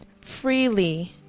freely